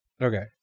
Okay